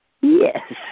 Yes